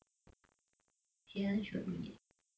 she didn't show me eh